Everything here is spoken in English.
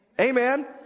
Amen